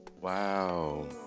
wow